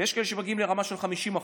ויש כאשר שמגיעים לרמה של 50%,